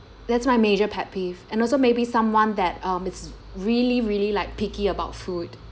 that's my major pet peeve and also maybe someone that um is really really like picky about food